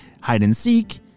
hide-and-seek